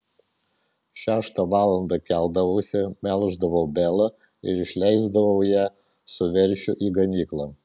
šeštą valandą keldavausi melždavau belą ir išleisdavau ją su veršiu į ganyklą